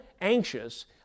anxious